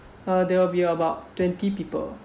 uh there will be about twenty people